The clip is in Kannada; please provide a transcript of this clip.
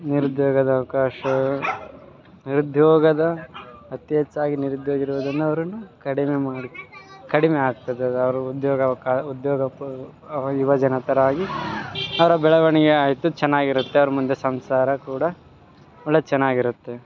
ನಿರುದ್ಯೋಗದ ಅವಕಾಶ ನಿರುದ್ಯೋಗದ ಅತೀ ಹೆಚ್ಚಾಗಿ ನಿರುದ್ಯೋಗಿ ಇರುವುದನ್ನು ಅವರನ್ನು ಕಡಿಮೆ ಮಾಡಿ ಕಡಿಮೆ ಆಗ್ತದ ಅದು ಅವರು ಉದ್ಯೋಗ ಅವ್ಕಾ ಉದ್ಯೋಗ ಪ ಯುವಜನತರಾಗಿ ಅವರ ಬೆಳವಣಿಗೆ ಆಯಿತು ಚೆನ್ನಾಗಿರುತ್ತೆ ಅವ್ರ ಮುಂದೆ ಸಂಸಾರ ಕೂಡ ಒಳ್ಳೆಯ ಚೆನ್ನಾಗಿರುತ್ತೆ